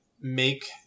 make